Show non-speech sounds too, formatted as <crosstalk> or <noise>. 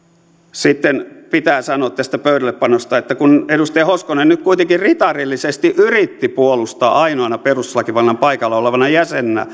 sitten pitää sanoa tästä pöydällepanosta että kun edustaja hoskonen nyt kuitenkin ritarillisesti yritti puolustaa ainoana perustuslakivaliokunnan paikalla olevana jäsenenä <unintelligible>